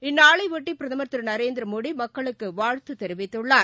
இந்நாளையொட்டிபிரதமர் திருநரேந்திரமோடிமக்களுக்குவாழ்த்துதெரிவித்துள்ளார்